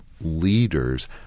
leaders